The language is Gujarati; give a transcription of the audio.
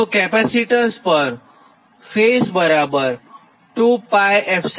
તો કેપેસિટન્સ પર ફેઝ બરાબર 2πε0ln20